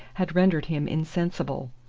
had rendered him insensible.